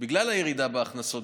בגלל הירידה בהכנסות,